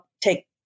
take